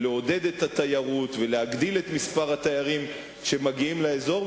לעודד את התיירות ולהגדיל את מספר התיירים שמגיעים לאזור.